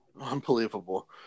Unbelievable